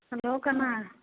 hello ꯀꯅꯥ